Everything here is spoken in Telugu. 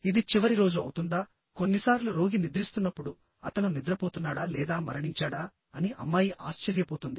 ఇది చివరి రోజు అవుతుందా కొన్నిసార్లు రోగి నిద్రిస్తున్నప్పుడు అతను నిద్రపోతున్నాడా లేదా మరణించాడా అని అమ్మాయి ఆశ్చర్యపోతుంది